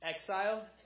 exile